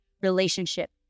relationship